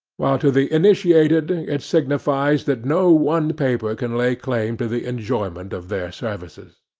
while to the initiated it signifies that no one paper can lay claim to the enjoyment of their services.